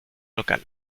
local